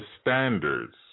standards